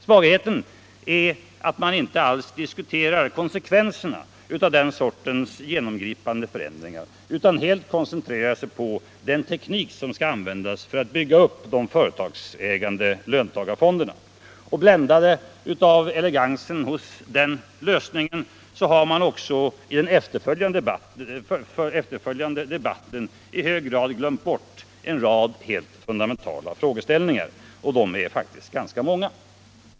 Svagheten är att man inte alls diskuterar konsekvenserna av den sortens förändringar utan helt koncentrerar sig på den teknik som skall användas för att bygga upp de företagsägande löntagarfonderna. Bländad av elegansen hos den lösningen har man också i den efterföljande debatten i hög grad glömt bort en rad helt fundamentala frågeställningar. De är faktiskt ändå ganska många.